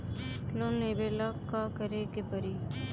Loan लेबे ला का करे के पड़ी?